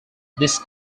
this